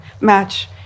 match